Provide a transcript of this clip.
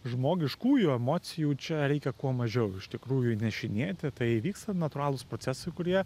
žmogiškųjų emocijų čia reikia kuo mažiau iš tikrųjų įnešinėti tai vyksta natūralūs procesai kurie